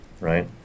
right